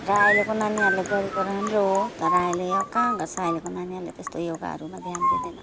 र अहिलेको नानीहरूले गरेको राम्रो हो तर अहिले यो कहाँ गर्छ अहिलेको नानीहरूलाई त्यस्तो योगाहरूमा ध्यान दिँदैन